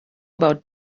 about